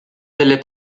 delle